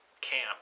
camp